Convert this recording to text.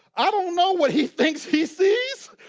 i don't know what he thinks he sees,